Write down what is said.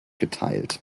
geteilt